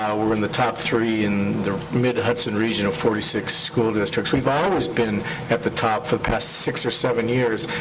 we're in the top three in the mid-hudson region of forty six school districts. we've ah always been at the top for the past six or seven years.